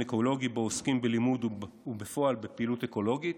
אקולוגי שבו עוסקים בלימוד ובפועל בפעילות אקולוגית.